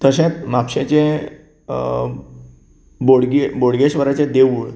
तशेंच महापशेंचे बोड बोडगेश्वराचें देवूळ